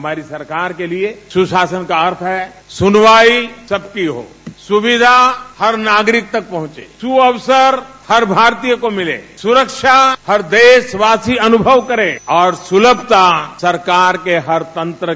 हमारी सरकार के लिए सुशासन का अर्थ है सुनवाई सबकी हो सुविधा हर नागरिक तक पहुंचे सुअवसर हर भारतीय को मिले सुरक्षा हर देशवासी अनुभव करे और सुलभता सरकार के हर तंत्र